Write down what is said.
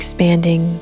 Expanding